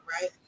right